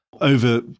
over